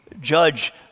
judge